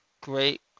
great